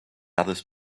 others